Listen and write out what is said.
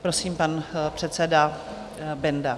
Prosím, pan předseda Benda.